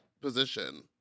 position